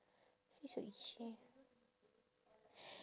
face so itchy